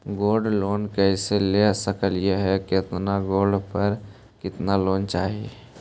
Gold loan कैसे ले सकली हे, कितना गोल्ड पर कितना लोन चाही?